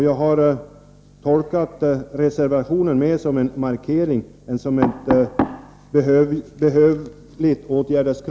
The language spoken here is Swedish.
Jag har tolkat reservationen mer såsom en markering än såsom ett krav på åtgärder.